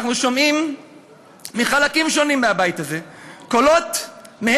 אנחנו שומעים מחלקים שונים מהבית הזה קולות שלפיהם